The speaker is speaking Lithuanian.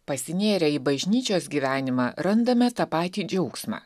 pasinėrę į bažnyčios gyvenimą randame tą patį džiaugsmą